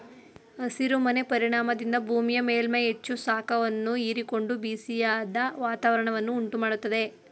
ಹಸಿರು ಮನೆ ಪರಿಣಾಮದಿಂದ ಭೂಮಿಯ ಮೇಲ್ಮೈ ಹೆಚ್ಚು ಶಾಖವನ್ನು ಹೀರಿಕೊಂಡು ಬಿಸಿಯಾದ ವಾತಾವರಣವನ್ನು ಉಂಟು ಮಾಡತ್ತದೆ